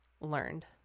learned